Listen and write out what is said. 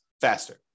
faster